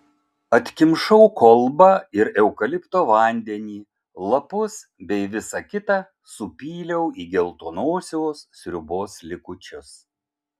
atkimšau kolbą ir eukalipto vandenį lapus bei visa kita supyliau į geltonosios sriubos likučius